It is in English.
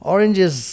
Oranges